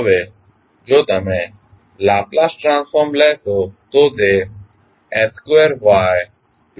હવે જો તમે લાપ્લાસ ટ્રાન્સફોર્મ લેશો તો તે s2YsBMsYsKMYsFsM બનશે